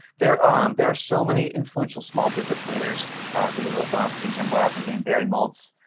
there um there are so many influential small business leaders rieva lesonsky, jim blasingame, and barry moltz,